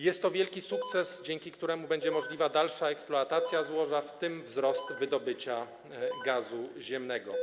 Jest to wielki sukces, dzięki któremu będzie możliwa dalsza eksploatacja złoża, w tym wzrost wydobycia gazu ziemnego.